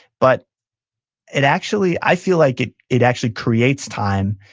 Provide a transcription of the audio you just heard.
but it actually, i feel like it it actually creates time,